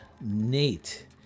Nate